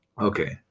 Okay